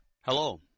Hello